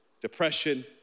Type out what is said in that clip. depression